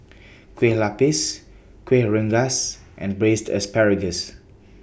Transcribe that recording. Kueh Lapis Kueh Rengas and Braised Asparagus